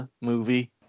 movie